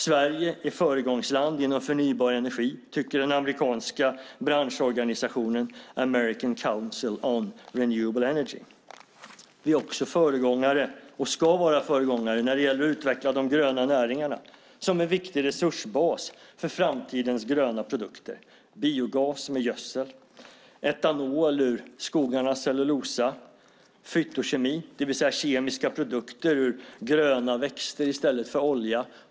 Sverige är föregångsland inom förnybar energi, tycker den amerikanska branschorganisationen American Council on Renewable Energy. Vi är också, och ska vara, föregångare när det gäller att utveckla de gröna näringarna som en viktig resursbas för framtidens gröna produkter. Det handlar om biogas med gödsel, etanol ur skogarnas cellulosa och fytokemi, det vill säga kemiska produkter ur gröna växter i stället för olja.